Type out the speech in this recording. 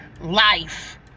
life